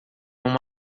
uma